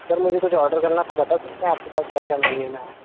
sir मुझे कुछ order करना था आप बता सकते हैं आपके पास क्या क्या मेन्यू में है